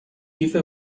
کیف